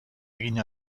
egin